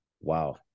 Wow